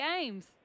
games